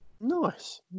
Nice